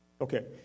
Okay